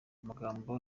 amagambo